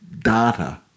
data